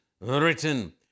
written